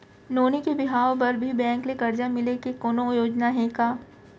नोनी के बिहाव बर भी बैंक ले करजा मिले के कोनो योजना हे का?